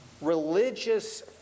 religious